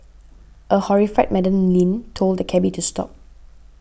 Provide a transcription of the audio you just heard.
a horrified Madam Lin told the cabby to stop